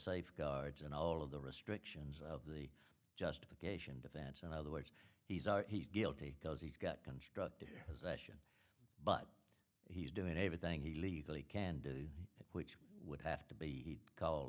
safeguards and all of the restrictions of the justification defense and other words he's our he's guilty because he's got constructive possession but he's doing everything he legally can do which would have to be called